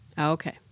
Okay